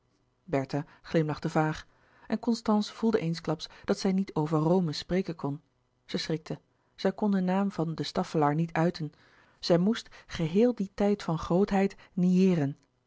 glimlachte vaag en constance voelde eensklaps dat zij niet over rome spreken kon zij schrikte zij kon den naam van de staffelaer niet uiten zij moest geheel dien tijd van grootheid nieeren